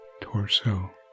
torso